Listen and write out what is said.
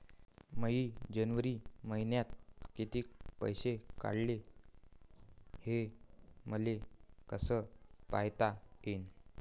मिन जनवरी मईन्यात कितीक पैसे काढले, हे मले कस पायता येईन?